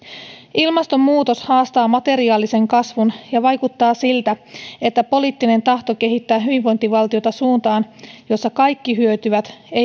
ilmastonmuutos haastaa materiaalisen kasvun ja vaikuttaa siltä että poliittinen tahto kehittää hyvinvointivaltiota suuntaan jossa kaikki hyötyvät ei